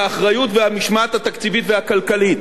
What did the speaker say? והאחריות והמשמעת התקציבית והכלכלית.